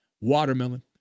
watermelon